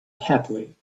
happily